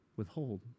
withhold